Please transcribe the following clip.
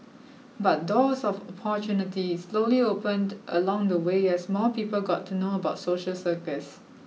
but doors of opportunity slowly opened along the way as more people got to know about social circus